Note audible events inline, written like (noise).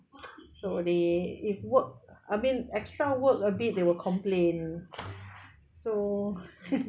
so they if work I mean extra work a bit they will complain so (laughs)